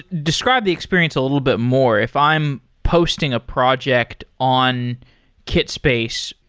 describe the experience a little bit more. if i'm posting a project on kitspace,